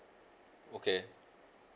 okay